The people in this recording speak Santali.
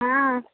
ᱦᱮᱸ